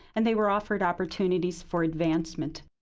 and they were offered opportunities for advancement.